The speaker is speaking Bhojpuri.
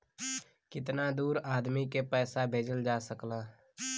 कितना दूर आदमी के पैसा भेजल जा सकला?